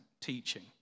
teaching